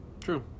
True